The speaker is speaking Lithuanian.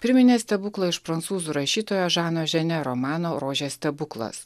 priminė stebuklą iš prancūzų rašytojo žano ženė romano rožės stebuklas